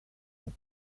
ans